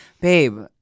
babe